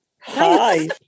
Hi